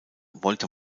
wollte